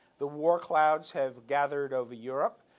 the war clouds have gathered over europe.